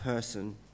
Person